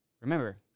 remember